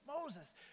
Moses